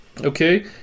Okay